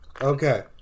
Okay